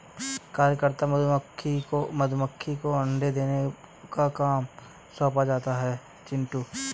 कार्यकर्ता मधुमक्खी को अंडे देने का काम सौंपा जाता है चिंटू